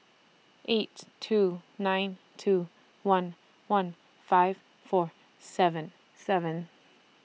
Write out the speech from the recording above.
eight two nine two one one five four seven seven